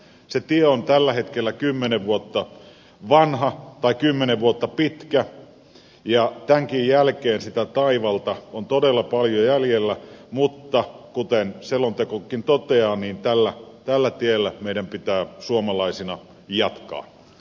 se tie on tällä hetkellä kymmenen vuotta vanha kymmenen vuotta pitkä ja tämänkin jälkeen sitä taivalta on todella paljon jäljellä mutta kuten selontekokin toteaa tällä tiellä meidän pitää suomalaisina jatkaa